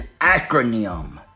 acronym